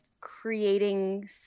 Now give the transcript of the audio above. creating